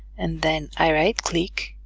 and then i right-click